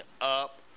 up